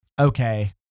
okay